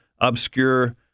obscure